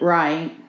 right